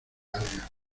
algas